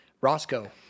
Roscoe